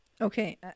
Okay